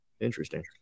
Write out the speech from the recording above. Interesting